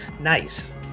nice